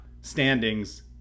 standings